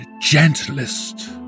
gentlest